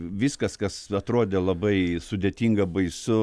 viskas kas atrodė labai sudėtinga baisu